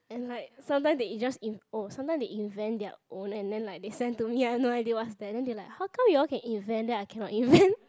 and like sometimes they just in~ oh sometimes they invent their own and then like they send to me I have no idea what's that then they like how come you all can invent then I cannot invent